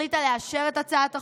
החליטה לאשר את הצעת החוק,